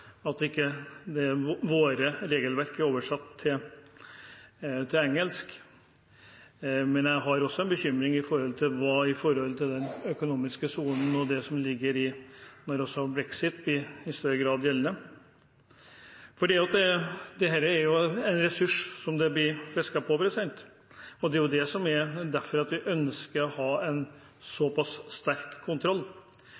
er ikke nødvendigvis at våre regelverk ikke er oversatt til engelsk. Jeg har også en bekymring når det gjelder den økonomiske sonen og det som ligger der når også brexit i større grad blir gjeldende. Dette er jo en ressurs som blir fisket på, og det er derfor vi ønsker å ha en